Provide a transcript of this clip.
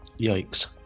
yikes